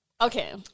okay